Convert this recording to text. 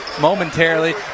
momentarily